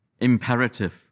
imperative